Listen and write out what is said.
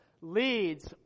leads